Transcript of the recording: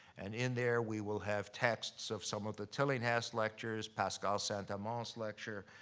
and in there, we will have texts of some of the tillinghast lectures, pascal saint-amans' lecture.